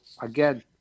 again